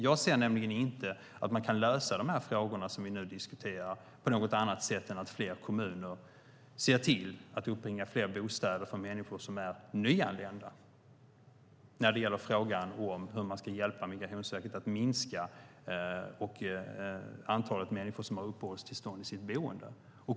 Jag ser nämligen inte att man kan lösa de frågor som vi nu diskuterar på något annat sätt än att fler kommuner ser till att uppbringa fler bostäder för människor som är nyanlända, när det gäller frågan hur man ska hjälpa Migrationsverket att minska antalet människor som har uppehållstillstånd i sitt boende.